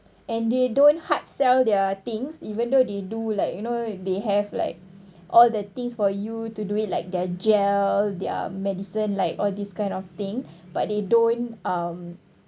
and they don't hard sell their things even though they do like you know they have like all the things for you to do it like their gel their medicine like all this kind of thing but they don't um